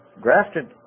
grafted